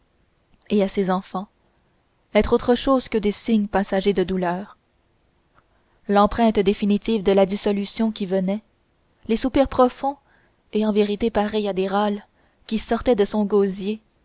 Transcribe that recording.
et à ses enfants être autre chose que des signes passagers de douleur l'empreinte définitive de la dissolution qui venait les soupirs profonds et en vérité pareils à des râles qui sortaient de son gosier